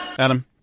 Adam